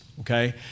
okay